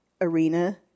arena